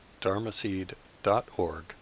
dharmaseed.org